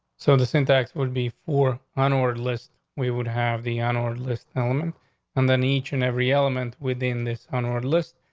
so the syntax would be for an ordered list. we would have the honour list element and then each and every element within this list,